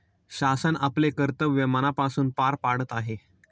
शासन आपले कर्तव्य मनापासून पार पाडत आहे